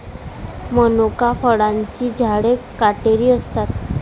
मनुका फळांची झाडे काटेरी असतात